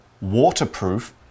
waterproof